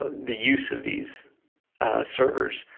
the use of these servers,